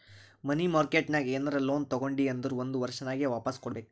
ಮನಿ market ನಾಗ್ ಏನರೆ loan ತಗೊಂಡಿ ಅಂದುರ್ ಒಂದ್ ವರ್ಷನಾಗೆ ವಾಪಾಸ್ ಕೊಡ್ಬೇಕ್